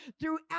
throughout